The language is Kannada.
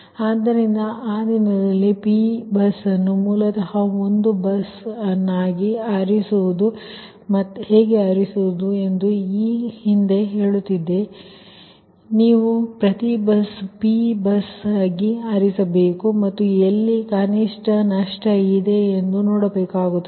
ಆದ್ದರಿಂದ ಆ ದಿನದಲ್ಲಿ P ಬಸ್ ಅನ್ನು ಮೂಲತಃ ಒಂದು ಬಸ್ ಅನ್ನು ಹೇಗೆ ಆರಿಸುವುದು ಎಂದು ಈ ಹಿಂದೆ ಹೇಳುತ್ತಿದ್ದೆ ನೀವು ಪ್ರತಿ ಬಸ್ಸನ್ನು P ಬಸ್ ಆಗಿ ಆರಿಸಬೇಕಾಗುತ್ತದೆ ಮತ್ತು ಎಲ್ಲಿ ಕನಿಷ್ಠ ನಷ್ಟ ಇದೆ ಎಂದು ನೋಡಬೇಕಾಗುತ್ತದೆ